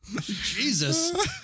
Jesus